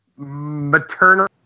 maternal